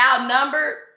outnumbered